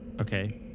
Okay